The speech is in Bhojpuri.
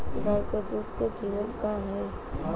गाय क दूध क कीमत का हैं?